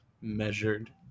measured